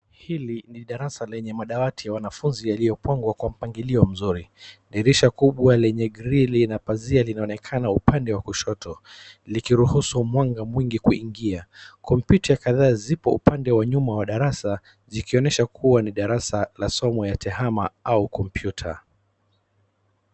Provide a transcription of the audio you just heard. Hili ni darasa lenye madawati ya wanafunzi yaliyopangwa kwa mpangilio mzuri. Dirisha kubwa lenye grill na pazia linaonekana upande wa kushoto likiruhusu mwanga mwingi kuingia. Kompyuta kadhaa zipo upande wa nyuma wa darasa likionyesha kuwa ni darasa la somo ya tehama au kompyuta.